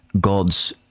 God's